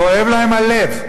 כואב להם הלב,